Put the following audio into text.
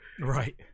Right